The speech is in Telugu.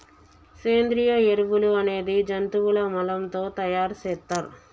సేంద్రియ ఎరువులు అనేది జంతువుల మలం తో తయార్ సేత్తర్